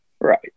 right